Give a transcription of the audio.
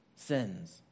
sins